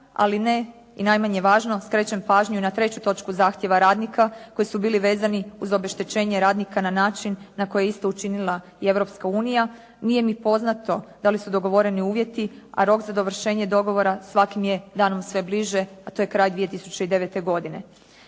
ali ne i najmanje važno skrećem pažnju i na treću točku zahtjeva radnika koji su bili vezani uz obeštećenje radnika na način na koji je isto učinila i Europska unija. Nije mi poznato da li su dogovoreni uvjeti, a rok za dovršenje dogovora svakim je danom sve bliže, a to je kraj 2009. godine.